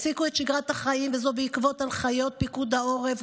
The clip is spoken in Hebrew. הפסיקו את שגרת החיים בעקבות הנחיות פיקוד העורף,